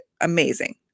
amazing